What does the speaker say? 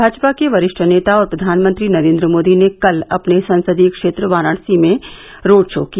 भाजपा के वरिष्ठ नेता और प्रधानमंत्री नरेंद्र मोदी ने कल अपने संसदीय क्षेत्र वाराणसी में रोड शो किया